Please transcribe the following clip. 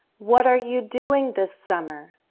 what are you doing this summer?